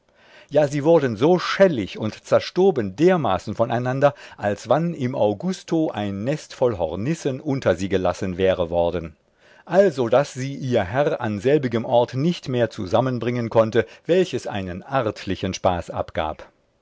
ja sie wurden so schellig und zerstoben dermaßen voneinander als wann im augusto ein nest voll hornüssen unter sie gelassen wäre worden also daß sie ihr herr an selbigem ort nicht mehr zusammenbringen konnte welches einen artlichen spaß abgab